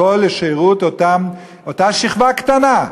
הכול לשירות אותה שכבה קטנה,